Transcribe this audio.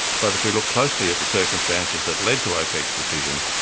but if we look closely at the circumstances that led to opec's decision,